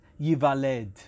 Yivaled